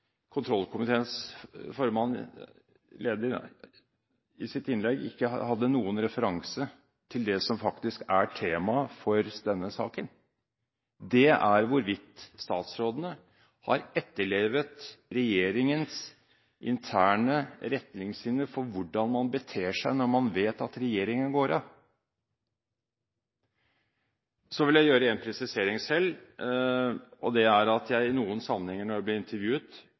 kontrollkomiteens leder i sitt innlegg ikke hadde noen referanser til det som faktisk er temaet for denne saken, nemlig hvorvidt statsrådene har etterlevet regjeringens interne retningslinjer for hvordan man beter seg når man vet at regjeringen går av. Så vil jeg gjøre en presisering: I noen sammenhenger når jeg ble intervjuet,